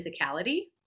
physicality